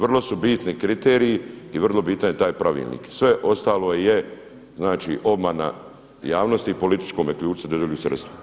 Vrlo su bitni kriterij i vrlo bitan je taj pravilnik, sve ostalo je, znači obmana javnosti i po političkome ključu se dodjeljuju sredstva.